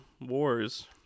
wars